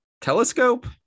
Telescope